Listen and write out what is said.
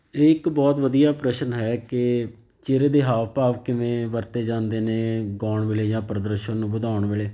ਇਹ ਇੱਕ ਬਹੁਤ ਵਧੀਆ ਪ੍ਰਸ਼ਨ ਹੈ ਕਿ ਚਿਹਰੇ ਦੇ ਹਾਵ ਭਾਵ ਕਿਵੇਂ ਵਰਤੇ ਜਾਂਦੇ ਨੇ ਗਾਉਣ ਵੇਲੇ ਜਾਂ ਪ੍ਰਦਰਸ਼ਨ ਨੂੰ ਵਧਾਉਣ ਵੇਲੇ